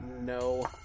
No